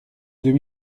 deux